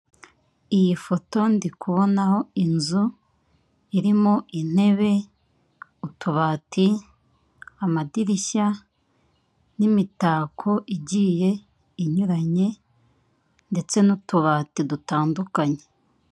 Iyi foto ndi kubonaho inzu irimo intebe, utubati, amadirishya n'imitako igiye inyuranye ndetse n'utubati dutandukanye.